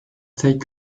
tek